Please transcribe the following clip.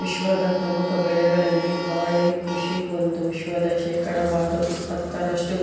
ವಿಶ್ವದ ಪ್ರಮುಖ ಬೆಳೆಗಳಲ್ಲಿ ಬಾಳೆ ಕೃಷಿ ಒಂದು ವಿಶ್ವದ ಶೇಕಡಾವಾರು ಇಪ್ಪತ್ತರಷ್ಟು